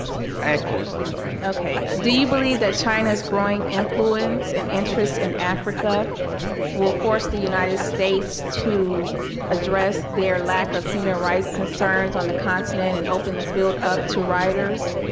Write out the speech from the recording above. there's echoes, that's why. okay. do you believe that china's growing influence and interest in africa will force the united states to address their lack of human rights concerns on the continent and open the field up to writers?